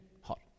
hot